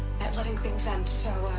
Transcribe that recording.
at letting things end, so,